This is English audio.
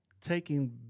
taking